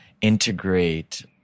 integrate